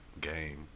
game